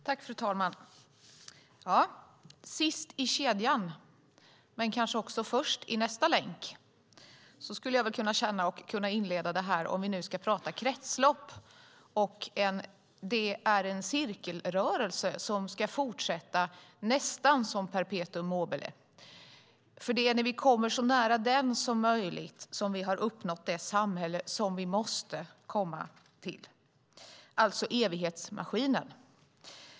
Fru talman! Sist i kedjan men kanske först i nästa länk skulle jag kunna inleda med att säga om vi nu ska tala kretslopp. Det är en cirkelrörelse som ska fortsätta nästan som perpetuum mobile, för det är när vi kommer så nära den som möjligt som vi har uppnått det samhälle som vi måste komma till, alltså evighetsmaskinen.